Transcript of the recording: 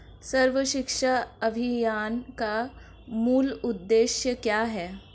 सर्व शिक्षा अभियान का मूल उद्देश्य क्या है?